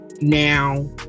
now